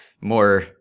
more